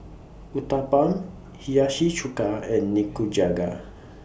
Uthapam Hiyashi Chuka and Nikujaga